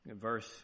verse